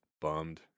bummed